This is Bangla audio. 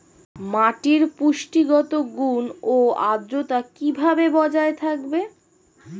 মাটির পুষ্টিগত গুণ ও আদ্রতা কিভাবে বজায় থাকবে?